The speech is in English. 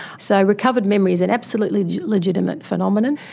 so recovered memory is an absolutely legitimate phenomenon.